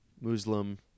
Muslim